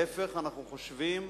להיפך, אנחנו חושבים